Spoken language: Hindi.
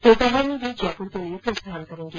दोपहर में वे जयपुर के लिए प्रस्थान करेंगे